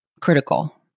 critical